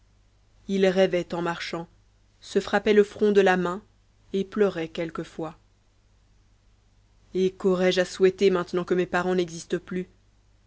il rêvait en marchant se frappait le front de la main et pleurait quelquefois et qu'aurais-je à souhaiter maintenant que mes parents n'existent plus